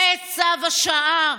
זה צו השעה.